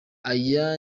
aya